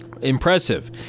Impressive